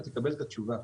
אתה תקבל את התשובה.